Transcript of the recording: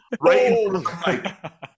Right